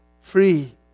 free